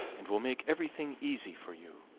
and will make everything easy for you.